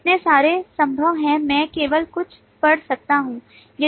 इतने सारे संभव हैं मैं केवल कुछ पढ़ सकता हूं